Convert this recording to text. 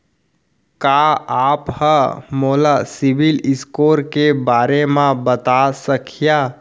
का आप हा मोला सिविल स्कोर के बारे मा बता सकिहा?